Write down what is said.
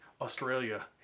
Australia